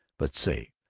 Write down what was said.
but say,